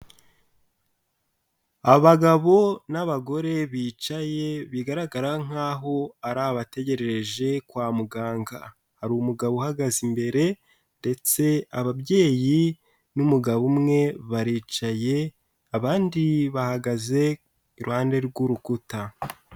Abagabo n'abagore bicaye bigaragara nk'aho ari abategerereje kwa muganga, hari umugabo uhagaze imbere ndetse ababyeyi n'umugabo umwe baricaye, abandi bahagaze iruhande rw'urukuta.